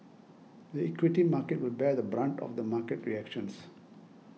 the equity market will bear the brunt of the market reactions